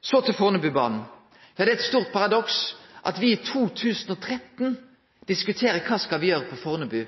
Så til Fornebubanen. Det er eit stort paradoks at me i 2013 diskuterer kva me skal gjere på Fornebu.